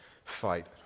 Fight